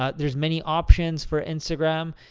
ah there's many options for instagram.